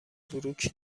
بروک